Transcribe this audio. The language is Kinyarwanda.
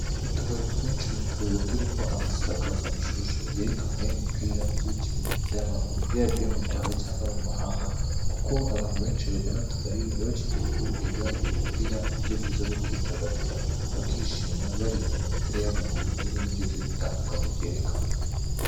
Utubari twinshi tuba turimo amasakazamashusho yerekanwaho imipira y'amaguru, yaba iyo mu Rwanda cyangwa iyo mu mahanga, kuko abantu benshi bagana utubari baba bakeneye kureba iyo mipira nk'uburyo bwiza bwo kwidagadura, bakishima iyo mipira y'amaguru n'ibindi byose bitandukanye byerekanwa.